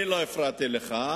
אני לא הפרעתי לך,